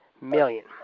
million